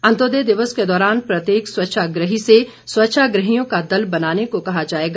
अन्त्योदय दिवस के दौरान प्रत्येक स्वच्छाग्रही से स्वच्छाग्रहियों का दल बनाने को कहा जाएगा